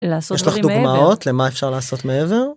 יש לך דוגמאות למה אפשר לעשות מעבר?